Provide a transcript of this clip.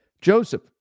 Joseph